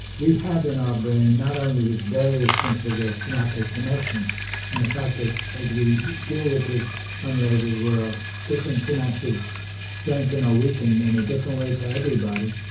we have in our brain not only this variousness of the synaptic connections and the fact that as we deal with this unlabelled world different synapses strengthen or weaken in a different way for everybody.